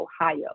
Ohio